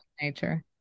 nature